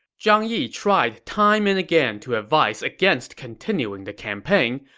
zhang yi tried time and again to advise against continuing the campaign,